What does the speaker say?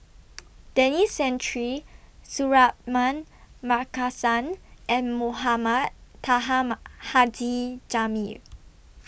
Denis Santry Suratman Markasan and Mohamed Taha Ma Haji Jamil